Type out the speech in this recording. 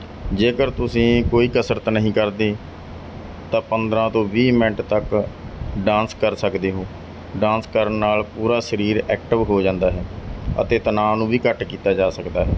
ਜੇਕਰ ਤੁਸੀਂ ਕੋਈ ਕਸਰਤ ਨਹੀਂ ਕਰਦੇ ਤਾਂ ਪੰਦਰ੍ਹਾਂ ਤੋਂ ਵੀਹ ਮਿੰਟ ਤੱਕ ਡਾਂਸ ਕਰ ਸਕਦੇ ਹੋ ਡਾਂਸ ਕਰਨ ਨਾਲ ਪੂਰਾ ਸਰੀਰ ਐਕਟਿਵ ਹੋ ਜਾਂਦਾ ਹੈ ਅਤੇ ਤਣਾਅ ਨੂੰ ਵੀ ਘੱਟ ਕੀਤਾ ਜਾ ਸਕਦਾ ਹੈ